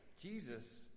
Jesus